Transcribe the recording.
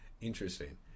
Interesting